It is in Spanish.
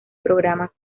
programas